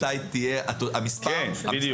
המספר שיוצא, מה המאץ' בערך?